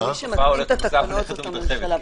מי שמתקין את התקנות זו הממשלה,